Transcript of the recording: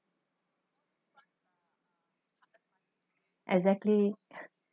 exactly